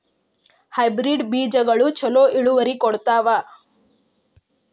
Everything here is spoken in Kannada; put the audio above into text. ಹೈಬ್ರಿಡ್ ಬೇಜಗೊಳು ಛಲೋ ಇಳುವರಿ ಕೊಡ್ತಾವ?